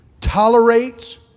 tolerates